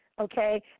okay